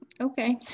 okay